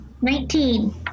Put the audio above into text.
Nineteen